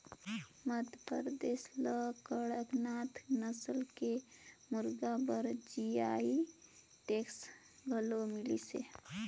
मध्यपरदेस ल कड़कनाथ नसल के मुरगा बर जी.आई टैग घलोक मिलिसे